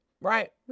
Right